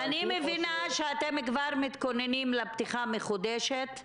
אני מבינה שאתם כבר מתכוננים לפתיחה המחודשת,